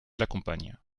l’accompagne